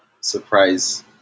surprise